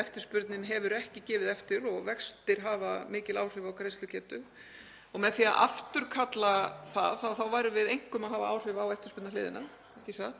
Eftirspurnin hefur ekki gefið eftir og vextir hafa mikil áhrif á greiðslugetu. Með því að afturkalla það værum við einkum að hafa áhrif á eftirspurnarhliðina